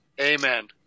Amen